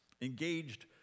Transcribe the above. engaged